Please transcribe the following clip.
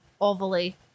overly